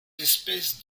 espèces